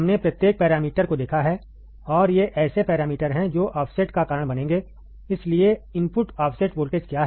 हमने प्रत्येक पैरामीटर को देखा है और ये ऐसे पैरामीटर हैं जो ऑफसेट का कारण बनेंगे इसलिए इनपुट ऑफ़सेट वोल्टेज क्या है